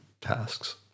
tasks